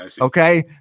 Okay